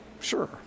Sure